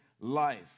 life